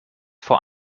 vor